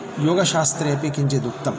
योगशास्त्रेपि किञ्चिदुक्तं